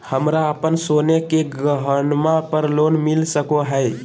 हमरा अप्पन सोने के गहनबा पर लोन मिल सको हइ?